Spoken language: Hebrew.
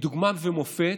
מדוגמה ומופת,